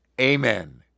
Amen